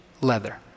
leather